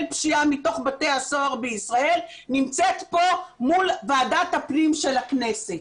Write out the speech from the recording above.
פשיעה מתוך בתי הסוהר בישראל נמצאת כאן מול ועדת הפנים של הכנסת.